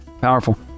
Powerful